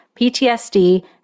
PTSD